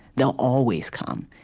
they'll always come.